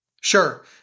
Sure